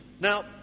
Now